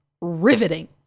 riveting